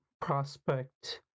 prospect